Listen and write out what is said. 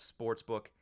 Sportsbook